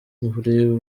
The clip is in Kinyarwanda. buri